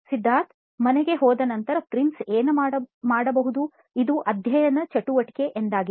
ಸಿದ್ಧಾರ್ಥ್ ಮನೆಗೆ ಹೋದ ನಂತರ ಪ್ರಿನ್ಸ್ ಏನು ಮಾಡಬಹುದು ಇದು ಅಧ್ಯಯದ ಚಟುವಟಿಕೆ ಎಂದಾಗಿದೆ